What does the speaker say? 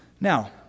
Now